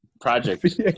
project